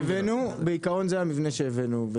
המבנה שהבאנו, בעיקרון זה המבנה שהבאנו.